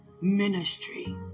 ministry